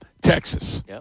Texas